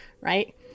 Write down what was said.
right